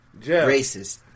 Racist